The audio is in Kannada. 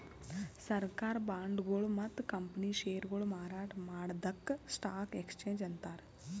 ಸರ್ಕಾರ್ ಬಾಂಡ್ಗೊಳು ಮತ್ತ್ ಕಂಪನಿ ಷೇರ್ಗೊಳು ಮಾರಾಟ್ ಮಾಡದಕ್ಕ್ ಸ್ಟಾಕ್ ಎಕ್ಸ್ಚೇಂಜ್ ಅಂತಾರ